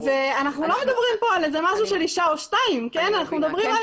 אנחנו לא מדברים פה על אישה או שתיים אנחנו מדברים על המוני נשים.